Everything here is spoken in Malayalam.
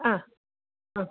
ആ ആ